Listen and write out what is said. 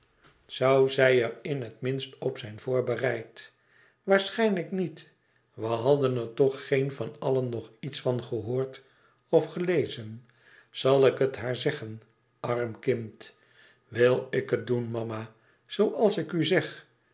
zoû zij er in het minst op zijn voorbereid waarschijnlijk niet we hadden er toch geen van allen nog iets van gehoord of gelezen zal ik het haar zeggen arm kind wil ik het doen mama zooals ik u zeg